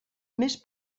més